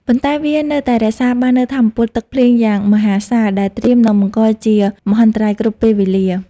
ប៉ុន្តែវានៅតែរក្សាបាននូវថាមពលទឹកភ្លៀងយ៉ាងមហាសាល ដែលត្រៀមនឹងបង្កជាមហន្តរាយគ្រប់ពេលវេលា។